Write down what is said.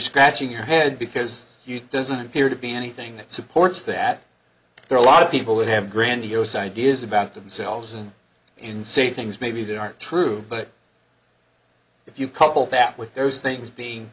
scratching your head because you doesn't appear to be anything that supports that there are a lot of people that have grandiose ideas about themselves and and say things maybe that aren't true but if you couple that with there's things being